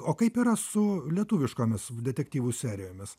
o kaip yra su lietuviškomis detektyvų serijomis